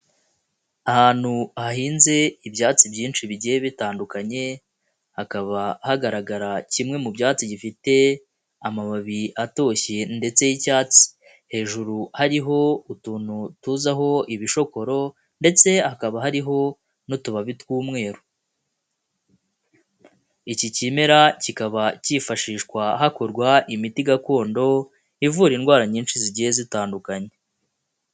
Ahantu hahinze ibyatsi byinshi bigiye bitandukanye, hakaba hagaragara kimwe mu byatsi gifite amababi atoshye ndetse y'icyatsi, hejuru hariho utuntu tuzaho ibishokoro ndetse hakaba hariho n'utubabi tw'umweru. Iki kimera kikaba cyifashishwa hakorwa imiti gakondo ivura indwara nyinshi zigiye zitandukanye.